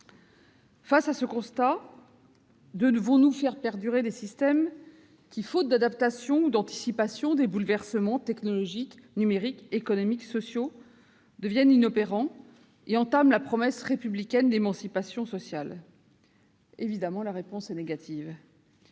Face à ce constat, devons-nous faire perdurer des systèmes qui, faute d'adaptation et d'anticipation des bouleversements technologiques, numériques, économiques ou sociaux, deviennent inopérants et entament la promesse républicaine d'émancipation sociale ? Évidemment, la réponse est négative.